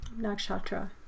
nakshatra